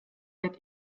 wird